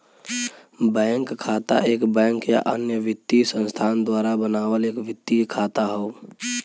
bank खाता एक bank या अन्य वित्तीय संस्थान द्वारा बनावल एक वित्तीय खाता हौ